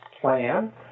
plan